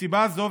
מסיבה זו,